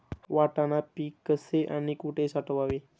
वाटाणा पीक कसे आणि कुठे साठवावे?